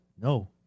no